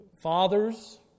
fathers